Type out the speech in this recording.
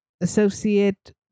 associate